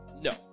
No